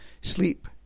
sleep